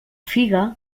figa